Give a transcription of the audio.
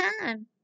time